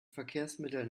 verkehrsmitteln